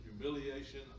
humiliation